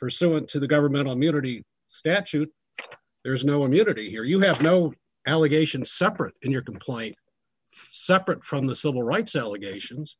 pursuant to the government of unity statute there's no immunity here you have no allegation separate in your complaint separate from the civil rights allegations